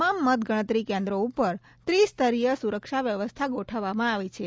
તમામ મતગણતરી કેન્દ્રો ઉપર ત્રિસ્તરીય સુરક્ષા વ્યવસ્થા ગોઠવવામાં આવી છે